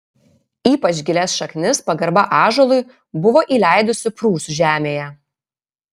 ypač gilias šaknis pagarba ąžuolui buvo įleidusi prūsų žemėje